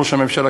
ראש הממשלה,